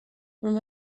from